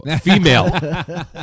female